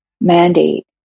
mandate